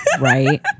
right